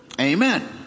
Amen